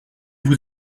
vous